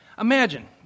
Imagine